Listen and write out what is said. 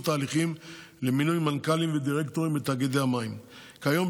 ההליכים למינוי מנכ"לים ודירקטורים בתאגידי המים: כיום,